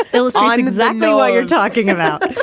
ah illustrating exactly what you're talking about